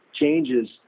changes